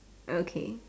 okay